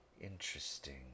Interesting